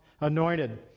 anointed